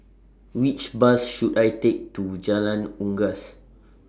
Which Bus should I Take to Jalan Unggas